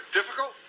Difficult